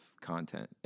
content